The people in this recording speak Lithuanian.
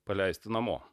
paleisti namo